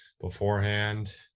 beforehand